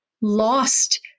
lost